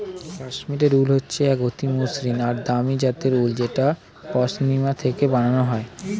Kashmiri wool হচ্ছে এক অতি মসৃন আর দামি জাতের উল যেটা পশমিনা থেকে বানানো হয়